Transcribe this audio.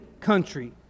country